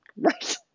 Right